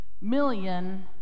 million